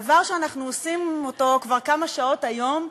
דבר שאנחנו עושים כבר כמה שעות היום,